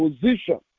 position